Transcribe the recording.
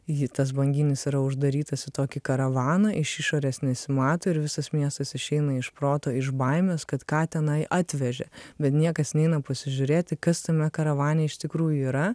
ji tas banginis yra uždarytas į tokį karavaną iš išorės nesimato ir visas miestas išeina iš proto iš baimės kad ką tenai atvežė bet niekas neina pasižiūrėti kas tame karavane iš tikrųjų yra